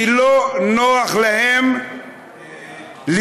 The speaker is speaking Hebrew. כי לא נוח להם לזכור.